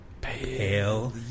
Pale